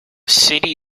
city